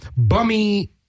bummy